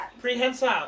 prehensile